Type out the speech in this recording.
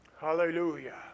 hallelujah